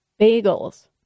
bagels